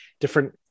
different